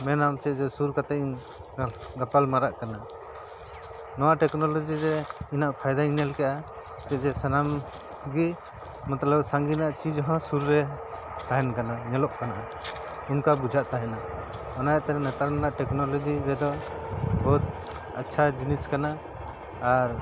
ᱢᱮᱱᱟᱢ ᱪᱮᱫ ᱪᱚ ᱥᱩᱨ ᱠᱟᱛᱮᱫ ᱤᱧ ᱜᱟᱯᱟᱞ ᱢᱟᱨᱟᱜ ᱠᱟᱱᱟ ᱱᱚᱣᱟ ᱴᱮᱠᱱᱳᱞᱚᱡᱤ ᱨᱮ ᱤᱱᱟᱹᱜ ᱯᱷᱟᱭᱫᱟᱧ ᱧᱮᱞ ᱠᱮᱜᱼᱟ ᱡᱮ ᱥᱟᱱᱟᱢ ᱜᱮ ᱢᱚᱛᱞᱚᱵ ᱥᱟᱺᱜᱤᱧ ᱨᱮᱱᱟᱜ ᱪᱤᱪ ᱦᱚᱸ ᱥᱩᱨ ᱨᱮ ᱛᱟᱦᱮᱱ ᱠᱟᱱᱟ ᱧᱮᱞᱚᱜ ᱠᱟᱱᱟ ᱚᱱᱠᱟ ᱵᱩᱡᱷᱟᱹᱜ ᱛᱟᱦᱮᱱᱟ ᱚᱱᱟ ᱤᱭᱟᱹᱛᱮ ᱱᱮᱛᱟᱨ ᱨᱮᱱᱟᱜ ᱴᱮᱠᱱᱳᱞᱚᱡᱤ ᱨᱮᱫᱚ ᱵᱚᱦᱩᱛ ᱟᱪᱪᱷᱟ ᱡᱤᱱᱤᱥ ᱠᱟᱱᱟ ᱟᱨ